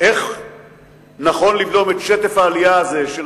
איך נכון לבלום את שטף ה"עלייה" הזה של